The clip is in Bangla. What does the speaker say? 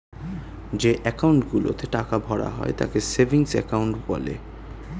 যে অ্যাকাউন্ট গুলোতে টাকা ভরা হয় তাকে সেভিংস অ্যাকাউন্ট বলে